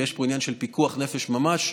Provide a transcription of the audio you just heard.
ויש פה עניין של פיקוח נפש ממש,